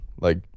Like-